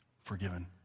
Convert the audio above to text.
forgiven